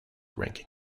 ranking